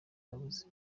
yavuze